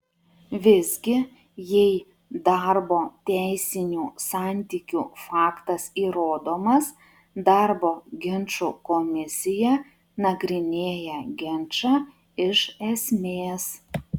visgi jei darbo teisinių santykių faktas įrodomas darbo ginčų komisija nagrinėja ginčą iš esmės